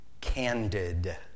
candid